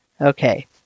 Okay